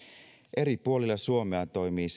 eri puolilla suomea toimii